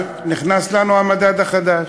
אבל נכנס לנו המדד החדש,